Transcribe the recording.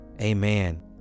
Amen